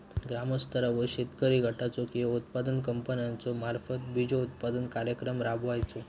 ग्रामस्तरावर शेतकरी गटाचो किंवा उत्पादक कंपन्याचो मार्फत बिजोत्पादन कार्यक्रम राबायचो?